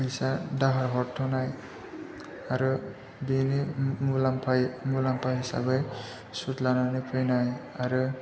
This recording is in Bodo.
फैसा दाहार हरथनाय आरो बेनि मुलाम्फा हिसाबै सुत लानानै फैनाय आरो